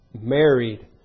married